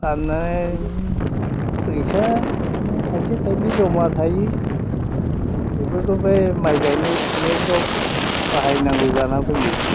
फाननानै फैसा बिदिनो थाइसे थाइनै जमा थायो बेफोरखो बै माइ गायनाय फुनायफोराव बाहायनांगौ जाना फैयो